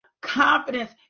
confidence